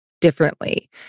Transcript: differently